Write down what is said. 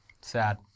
Sad